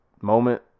moment